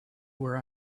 were